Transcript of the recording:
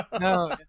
No